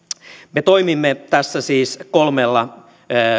me toimimme tässä siis kolmella